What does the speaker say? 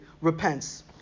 repents